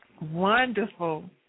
Wonderful